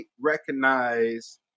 recognize